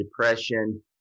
depression